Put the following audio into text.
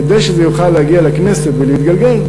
כדי שזה יוכל להגיע לכנסת ולהתגלגל,